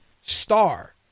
star